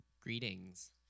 Greetings